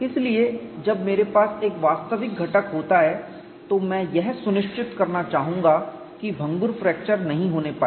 इसलिए जब मेरे पास एक वास्तविक घटक होता है तो मैं यह सुनिश्चित करना चाहूंगा कि भंगुर फ्रैक्चर नहीं होने पाये